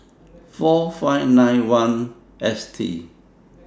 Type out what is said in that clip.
four five nine one S T